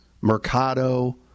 Mercado